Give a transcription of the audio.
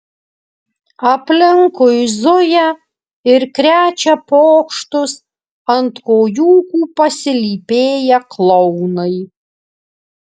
aplinkui zuja ir krečia pokštus ant kojūkų pasilypėję klounai